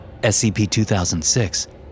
SCP-2006